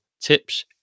tips